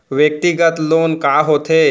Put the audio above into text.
व्यक्तिगत लोन का होथे?